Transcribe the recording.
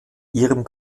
ihrem